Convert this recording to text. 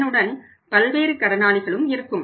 அதனுடன் பல்வேறு கடனாளிகளும் இருக்கும்